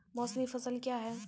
मौसमी फसल क्या हैं?